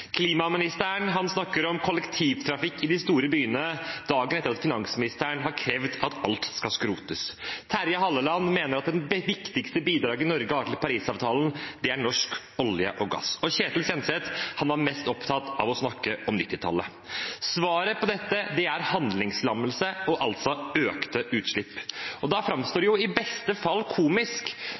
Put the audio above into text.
snakker om kollektivtrafikk i de store byene dagen etter at finansministeren har krevd at alt skal skrotes. Terje Halleland mener at det viktigste bidraget Norge har med tanke på Parisavtalen, er norsk olje og gass. Og Ketil Kjenseth var mest opptatt av å snakke om 1990-tallet. Svaret på dette er handlingslammelse og økte utslipp. Da framstår det i beste fall som komisk